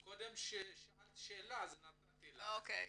כששאלת שאלה נתתי לך לשאול.